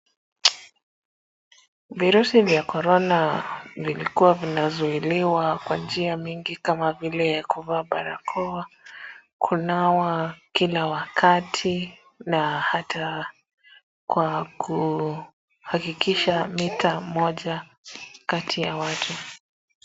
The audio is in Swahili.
Virusi vya korona vilikua vinazuiliwa kwa njia mingi kama vile kuvaa barakoa kunawa kila wakati na hata kwa kuhakikisha mita moja kati ya watu.